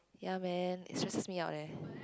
ya man it stresses me out leh